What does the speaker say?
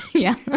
yeah.